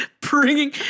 Bringing